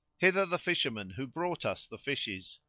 hither the fisherman who brought us the fishes!